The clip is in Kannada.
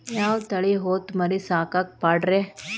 ಯಾವ ತಳಿ ಹೊತಮರಿ ಸಾಕಾಕ ಪಾಡ್ರೇ?